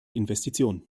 investition